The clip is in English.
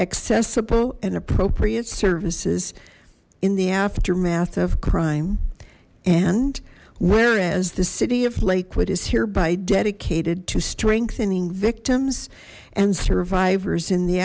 accessible and appropriate services in the aftermath of crime and whereas the city of lakewood is hereby dedicated to strengthening victims and survivors in the